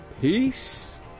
Peace